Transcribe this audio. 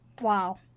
Wow